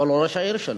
או על ראש העיר שלו.